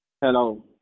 Hello